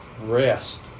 rest